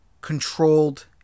controlled